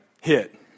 hit